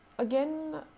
Again